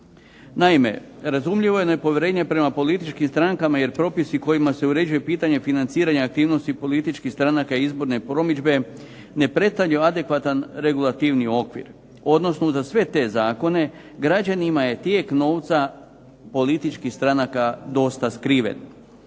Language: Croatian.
Naime, razumljivo je nepovjerenje prema političkim strankama, jer propisi kojima se uređuje pitanje financiranja aktivnosti stranaka i izborne promidžbe ne predstavlja adekvatan regulativni okvir, odnosno uza sve te zakone građanima je tijek novca političkih stranaka dosta skriven.